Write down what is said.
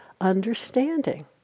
understanding